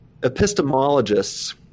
epistemologists